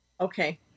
Okay